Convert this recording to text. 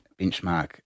benchmark